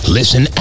Listen